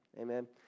Amen